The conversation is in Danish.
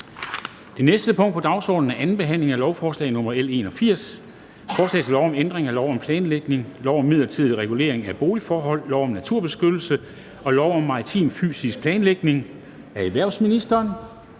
Det næste punkt på dagsordenen er: 6) 2. behandling af lovforslag nr. L 81: Forslag til lov om ændring af lov om planlægning, lov om midlertidig regulering af boligforholdene, lov om naturbeskyttelse og lov om maritim fysisk planlægning. (Frist ved